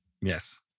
Yes